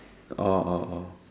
orh orh orh